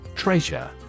Treasure